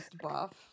buff